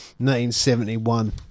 1971